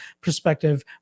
perspective